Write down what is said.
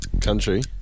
Country